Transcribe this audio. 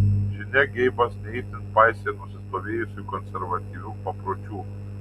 žinia geibas ne itin paisė nusistovėjusių konservatyvių papročių